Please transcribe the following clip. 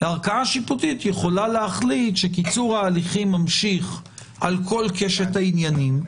הערכאה השיפוטית יכולה להחליט שקיצור ההליכים ממשיך על כל קשת העניינים,